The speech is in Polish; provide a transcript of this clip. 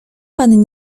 pan